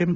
M